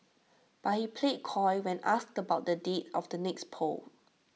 but he played coy when asked about the date of the next polls